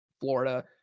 Florida